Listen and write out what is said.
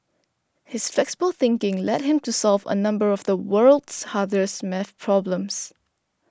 his flexible thinking led him to solve a number of the world's hardest math problems